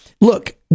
Look